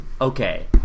Okay